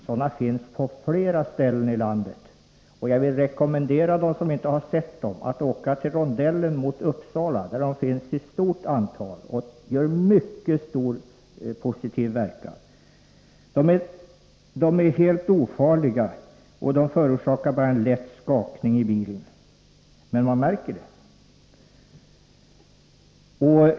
Sådana finns på flera ställen i landet, och jag vill rekommendera dem som inte har sett sådana att åka till Uppsalarondellen. Där finns sådana streck i stort antal, och de får mycket stor positiv effekt. De är helt ofarliga och de förorsakar bara en lätt skakning i bilen, men man märker dem.